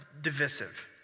divisive